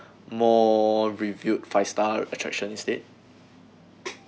more reviewed five star attraction instead